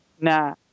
Nah